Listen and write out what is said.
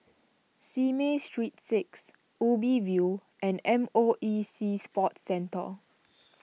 Simei Street six Ubi View and M O E Sea Sports Centre